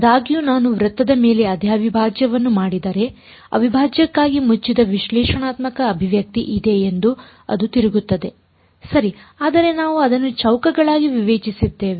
ಆದಾಗ್ಯೂನಾನು ವೃತ್ತದ ಮೇಲೆ ಅದೇ ಅವಿಭಾಜ್ಯವನ್ನು ಮಾಡಿದರೆ ಅವಿಭಾಜ್ಯಕ್ಕಾಗಿ ಮುಚ್ಚಿದ ವಿಶ್ಲೇಷಣಾತ್ಮಕ ಅಭಿವ್ಯಕ್ತಿ ಇದೆ ಎಂದು ಅದು ತಿರುಗುತ್ತದೆ ಸರಿ ಆದರೆ ನಾವು ಅದನ್ನು ಚೌಕಗಳಾಗಿ ವಿವೇಚಿಸಿದ್ದೇವೆ